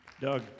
Doug